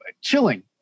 chilling